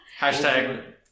Hashtag